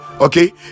Okay